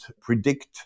predict